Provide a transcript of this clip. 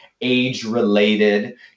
age-related